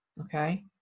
okay